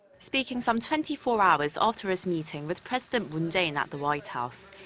speaking some twenty four hours after his meeting with president moon jae-in at the white house.